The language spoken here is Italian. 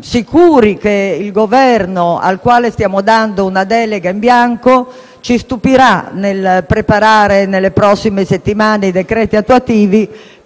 sicuri che il Governo, al quale stiamo dando una delega in bianco, ci stupirà nel preparare nelle prossime settimane i decreti attuativi,